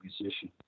musician